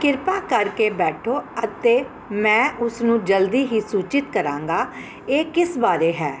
ਕਿਰਪਾ ਕਰਕੇ ਬੈਠੋ ਅਤੇ ਮੈਂ ਉਸਨੂੰ ਜਲਦੀ ਹੀ ਸੂਚਿਤ ਕਰਾਂਗਾ ਇਹ ਕਿਸ ਬਾਰੇ ਹੈ